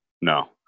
No